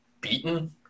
beaten